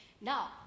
now